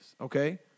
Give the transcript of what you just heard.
okay